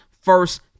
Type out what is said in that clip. first